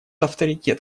авторитет